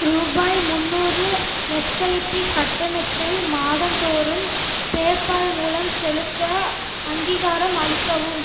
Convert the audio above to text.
ரூபாய் முந்நூறு எஸ்ஐபி கட்டணத்தை மாதந்தோறும் பேபால் மூலம் செலுத்த அங்கீகாரம் அளிக்கவும்